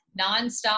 nonstop